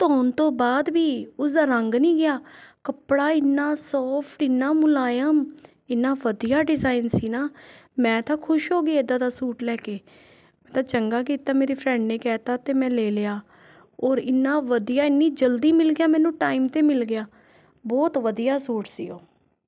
ਕਿ ਧੋਣ ਤੋਂ ਬਾਅਦ ਵੀ ਉਸਦਾ ਰੰਗ ਨਹੀਂ ਗਿਆ ਕੱਪੜਾ ਇੰਨਾ ਸੋਫਟ ਇੰਨਾ ਮੁਲਾਇਮ ਇੰਨਾ ਵਧੀਆ ਡਿਜ਼ਾਈਨ ਸੀ ਨਾ ਮੈਂ ਤਾਂ ਖੁਸ਼ ਹੋ ਗਈ ਇੱਦਾਂ ਦਾ ਸੂਟ ਲੈ ਕੇ ਇਹ ਤਾਂ ਚੰਗਾ ਕੀਤਾ ਮੇਰੀ ਫਰੈਂਡ ਨੇ ਕਹਿ ਤਾ ਅਤੇ ਮੈਂ ਲੈ ਲਿਆ ਔਰ ਇੰਨਾ ਵਧੀਆ ਇੰਨੀ ਜਲਦੀ ਮਿਲ ਗਿਆ ਮੈਨੂੰ ਟਾਈਮ 'ਤੇ ਮਿਲ ਗਿਆ ਬਹੁਤ ਵਧੀਆ ਸੂਟ ਸੀ ਉਹ